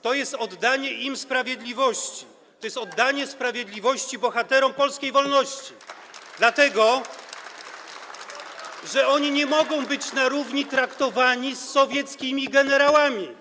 To jest oddanie im sprawiedliwości, to jest oddanie sprawiedliwości bohaterom polskiej wolności, dlatego że oni nie mogą być traktowani na równi z sowieckimi generałami.